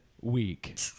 week